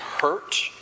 hurt